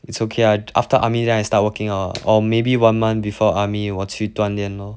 it's okay ah after army then I start working uh or maybe one month before army 我去锻炼 lor